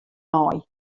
nei